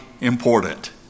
important